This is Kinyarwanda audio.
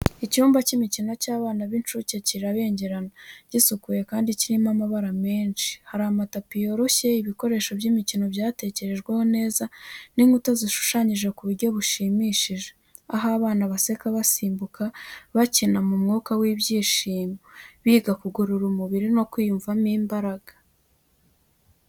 Icyumba cy’imikino cy’abana b’incuke kirabengerana, gisukuye kandi kirimo amabara menshi. Hari amatapi yoroshye, ibikoresho by’imikino byatekerejweho neza, n’inkuta zishushanyije mu buryo bushimishije. Aho abana baseka, basimbuka, bakina mu mwuka w’ibyishimo, biga kugorora umubiri no kwiyumvamo imbaraga.